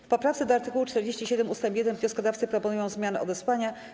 W poprawce do art. 47 ust. 1 wnioskodawcy proponują zmianę odesłania.